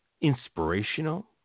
inspirational